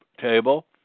table